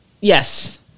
yes